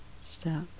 step